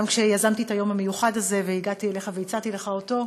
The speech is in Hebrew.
גם כשיזמתי את היום המיוחד הזה והגעתי אליך והצעתי לך אותו,